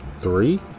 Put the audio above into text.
three